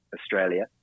Australia